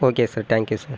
okay sir thank you sir